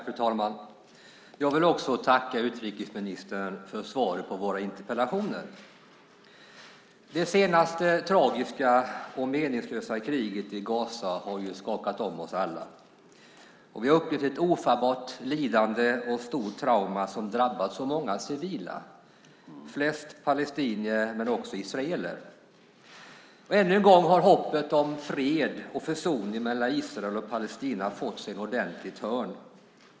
Fru talman! Jag vill också tacka utrikesministern för svaret på våra interpellationer. Det senaste tragiska och meningslösa kriget i Gaza har skakat om oss alla. Vi har upplevt ett ofattbart lidande och ett stort trauma som drabbat så många civila, flest palestinier men också israeler. Ännu en gång har hoppet om fred och försoning mellan Israel och Palestina fått sig en ordentlig törn.